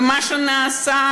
ומה שנעשה,